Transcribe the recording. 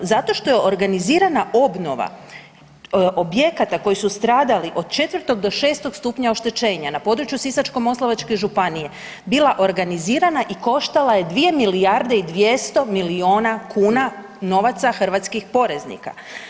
Zato što je organizirana obnova objekata koji su stradali od 4 do 6 stupnja oštećenja na području Sisačko-moslavačke županije bila organizirana i koštala je 2 milijarde i 200 miliona kuna novaca hrvatskih poreznika.